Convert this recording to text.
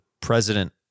president